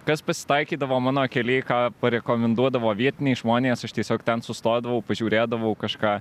kas pasitaikydavo mano kely ką parekomenduodavo vietiniai žmonės aš tiesiog ten sustodavau pažiūrėdavau kažką